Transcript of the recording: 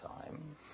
time